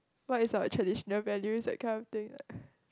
what is our traditional values that kind of thing